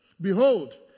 Behold